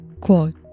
quote